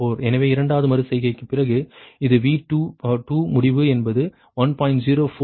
எனவே இரண்டாவது மறு செய்கைக்குப் பிறகு இது V2 முடிவு என்பது 1